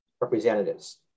representatives